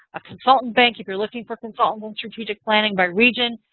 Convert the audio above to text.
a consultant bank if you're looking for consultants in strategic planning by region.